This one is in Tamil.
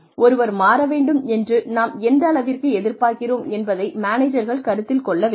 ஒருவர் மாற வேண்டும் என்று நாம் எந்தளவிற்கு எதிர்பார்க்கிறோம் என்பதை மேனேஜர்கள் கருத்தில் கொள்ள வேண்டும்